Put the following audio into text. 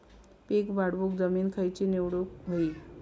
पीक वाढवूक जमीन खैची निवडुक हवी?